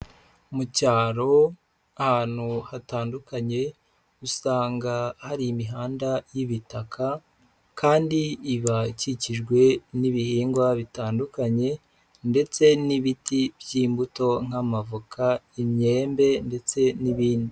Mu cyaro ahantu hatandukanye, usanga hari imihanda y'ibitaka, kandi iba ikikijwe n'ibihingwa bitandukanye, ndetse n'ibiti by'imbuto nk'amavoka, imyembe ndetse n'ibindi.